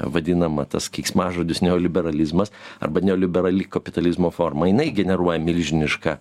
vadinama tas keiksmažodis neoliberalizmas arba neoliberali kapitalizmo forma jinai generuoja milžinišką